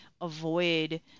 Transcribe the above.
avoid